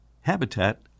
habitat